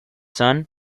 son